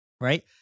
right